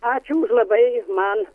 ačiū už labai man